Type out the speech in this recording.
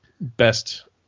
best